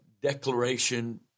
declaration